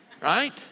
Right